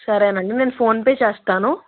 సరేనండి నేను ఫోన్పే చేస్తాను